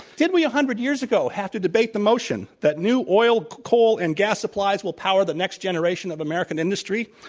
did we, a hundred years ago, have to debate the motion that new oil, coal, and gas supplies will power the next generation of american industry?